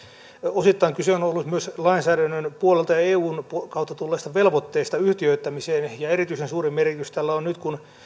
osittain kyse on on ollut myös lainsäädännön puolelta eun kautta tulleesta velvoitteesta yhtiöittämiseen ja erityisen suuri merkitys tällä on nyt kun